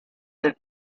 del